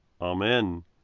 Amen